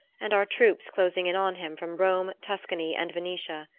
and our troops closing in on him from rome, tuscany and venetia.